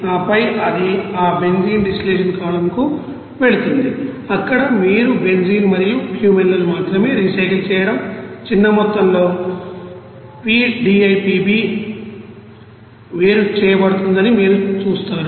ఆపై అది ఆ బెంజీన్ డిస్టిలేషన్ కాలమ్ కు వెళుతుంది అక్కడ మీరు బెంజీన్ మరియు క్యూమెనీలను మాత్రమే రీసైకిల్ చేయడం చిన్న మొత్తంలో p DIPB పి డిఐపిబి వేరు చేయబడుతుందని మీరు చూస్తారు